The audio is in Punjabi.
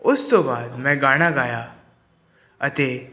ਉਸ ਤੋਂ ਬਾਅਦ ਮੈਂ ਗਾਣਾ ਗਾਇਆ ਅਤੇ